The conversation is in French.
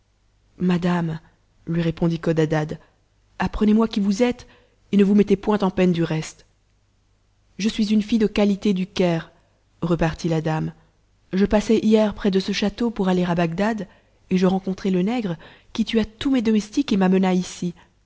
madame lui répondit codadad apprenez-moi qui vous êtes et ne vous mettez point en peine du reste je suis une fille de qualité du caire repartit la dame je passais hier près de ce château pour aller o bagdad et je rencontrai le nègre qui tua tous mes domestiques et m'amena ici